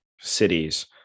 cities